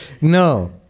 No